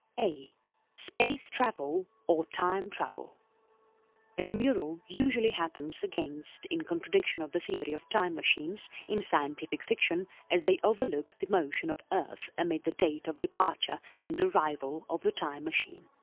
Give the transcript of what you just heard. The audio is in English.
a space travel or time travel a demurral usually happens against in contradiction of the theory of time machines in scientific-fiction as they overlook the motion of earth amid the date of departure and arrival of the time machine.